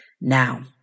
Now